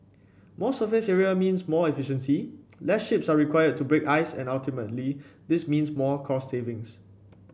more surface area means more efficiency lesser ships are required to break ice and ultimately this means more cost savings